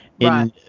Right